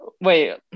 Wait